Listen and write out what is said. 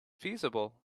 feasible